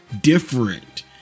different